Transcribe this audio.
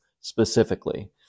specifically